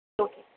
okay